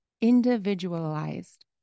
individualized